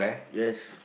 yes